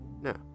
no